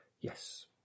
Yes